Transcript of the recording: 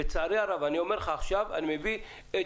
לצערי הרב אני מביא את